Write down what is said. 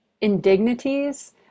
indignities